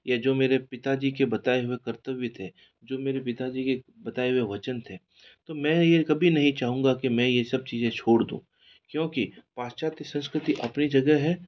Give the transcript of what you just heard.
यह जो मेरे पिताजी के बताए हुए कर्तव्य थे जो मेरे पिताजी के बताए हुए वचन थे तो मैं यह कभी नहीं चाहूंगा कि मैं यह सब चीज़ें छोड़ दूँ क्योंकि पाश्चात्य संस्कृति अपनी जगह है और